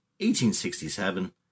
1867